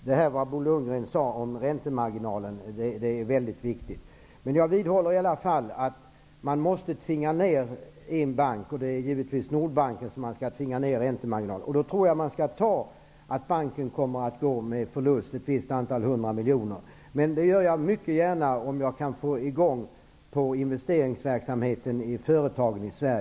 Det Bo Lundgren sade om räntemarginalen är väldigt viktigt. Jag vidhåller i alla fall att man måste tvinga en bank att sänka räntemarginalen. Det är givetvis Nordbanken man skall tvinga. Jag tror att man skall acceptera att banken kommer att gå med förlust. Det kan röra sig om ett visst antal 100 miljoner. Jag accepterar det mycket gärna, om vi på så sätt kan få i gång investeringsverksamheten i företagen i Sverige.